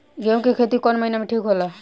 गेहूं के खेती कौन महीना में ठीक होला?